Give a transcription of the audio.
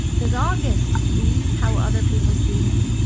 does august see how other people see him,